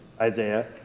Isaiah